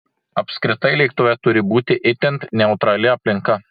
apskritai lėktuve turi būti itin neutrali aplinka